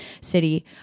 city